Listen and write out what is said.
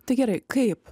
tai gerai kaip